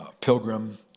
Pilgrim